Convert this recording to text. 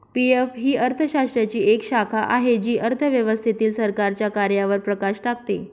PF ही अर्थशास्त्राची एक शाखा आहे जी अर्थव्यवस्थेतील सरकारच्या कार्यांवर प्रकाश टाकते